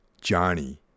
Johnny